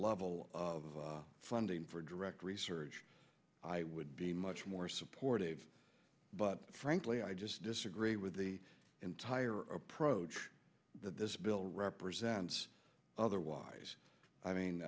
level of funding for direct research i would be much more supportive but frankly i just disagree with the entire approach that this bill represents otherwise i mean